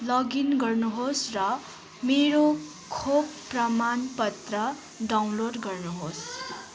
login गर्नुहोस् र मेरो खोप प्रमाणपत्र डाउनलोड गर्नुहोस्